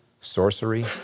sorcery